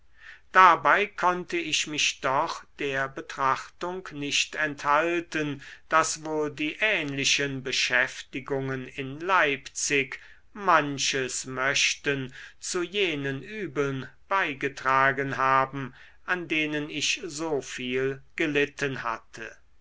dabei konnte ich mich doch der betrachtung nicht enthalten daß wohl die ähnlichen beschäftigungen in leipzig manches möchten zu jenen übeln beigetragen haben an denen ich so viel gelitten hatte